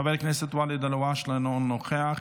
חבר הכנסת ואליד אלהואשלה, אינו נוכח,